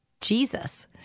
Jesus